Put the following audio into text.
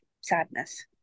sadness